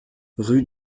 rue